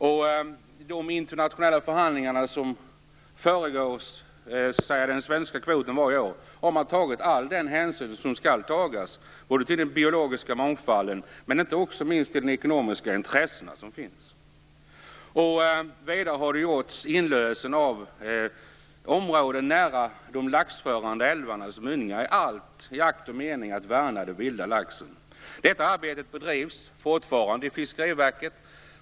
I de internationella förhandlingar som föregått fastställandet av årets svenska kvot har man tagit all den hänsyn som skall tas både till den biologiska mångfalden och inte minst till de ekonomiska intressen som finns. Vidare har det gjorts inlösen av områden nära de laxförande älvarnas mynningar - allt i akt och mening att värna den vilda laxen. Det här arbetet bedrivs fortfarande inom Fiskeriverket.